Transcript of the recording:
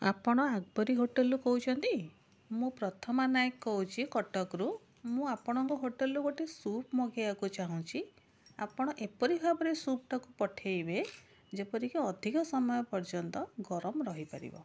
ଆପଣ ହୋଟେଲରୁ କହୁଛନ୍ତି ମୁଁ ପ୍ରଥମା ନାୟକ କହୁଛି କଟକରୁ ମୁଁ ଆପଣଙ୍କ ହୋଟେଲରୁ ଗୋଟେ ସୁପ ମଗେଇବାକୁ ଚାଁହୁଛି ଆପଣ ଏପରି ଭାବରେ ସୁପଟାକୁ ପଠେଇବେ ଯେପରିକି ଅଧିକ ସମୟ ପର୍ଯ୍ୟନ୍ତ ଗରମ ରହିପାରିବ